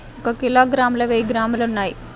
ఒక కిలోగ్రామ్ లో వెయ్యి గ్రాములు ఉన్నాయి